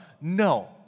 No